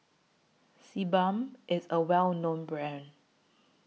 Sebamed IS A Well known Brand